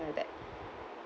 like that